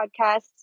Podcasts